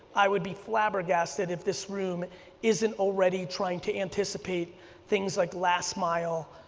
i would be flabbergasted if this room isn't already trying to anticipate things like last mile,